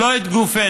לא את גופנו.